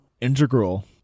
integral